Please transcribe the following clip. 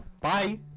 Bye